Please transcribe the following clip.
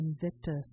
Invictus